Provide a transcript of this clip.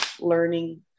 learning